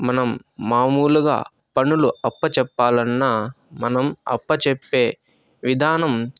మనం మాములుగా పనులు అప్పచెప్పాలన్నా మనం అప్పచెప్పే విధానం